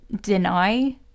deny